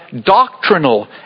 doctrinal